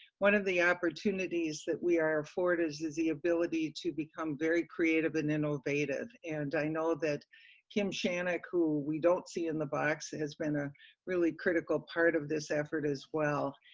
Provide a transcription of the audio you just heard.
one of the opportunities that we are afforded is is the ability to become very creative and innovative. and i know that kim shanek, who we don't see in the box, has been a really critical part of this effort as well.